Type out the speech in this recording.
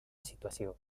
situació